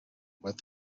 but